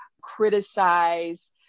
criticize